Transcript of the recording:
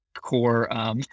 core